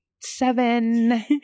seven